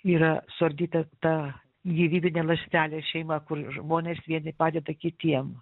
yra suardyta ta gyvybinė ląstelė šeima kur žmonės vieni padeda kitiem